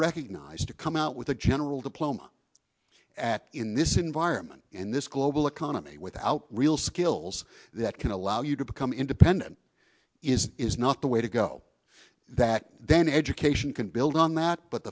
recognize to come out with a general diploma at in this environment in this global economy without real skills that can allow you to become independent is is not the way to go that then education can build on that but